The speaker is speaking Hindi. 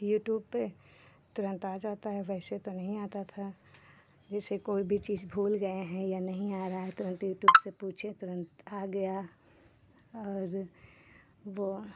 यूट्यूब पे तुरंत आ जाता है वैसे तो नहीं आता था जैसे कोई भी चीज़ भूल गए हैं या नहीं आ रहा है तो यूट्यूब से पूछें तुरंत आ गया और वो